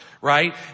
Right